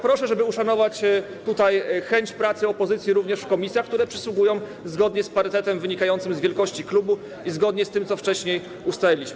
Proszę, żeby uszanować tutaj chęć pracy opozycji również w komisjach, w których miejsca przysługują zgodnie z parytetem wynikającym z wielkości klubu i zgodnie z tym, co wcześniej ustaliliśmy.